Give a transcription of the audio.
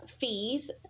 fees